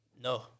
No